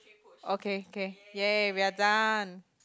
okay k !yay! we are done